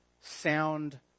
sound